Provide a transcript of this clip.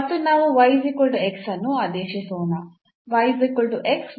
ಮತ್ತು ನಾವು ಅನ್ನು ಆದೇಶಿಸೋಣ